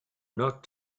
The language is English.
not